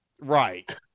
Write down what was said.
Right